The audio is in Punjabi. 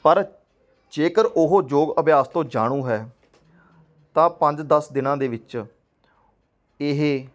ਪਰ ਜੇਕਰ ਉਹ ਯੋਗ ਅਭਿਆਸ ਤੋਂ ਜਾਣੂ ਹੈ ਤਾਂ ਪੰਜ ਦਸ ਦਿਨਾਂ ਦੇ ਵਿੱਚ ਇਹ